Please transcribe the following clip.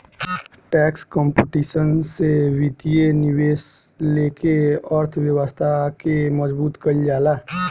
tax competition से वित्तीय निवेश लेके अर्थव्यवस्था के मजबूत कईल जाला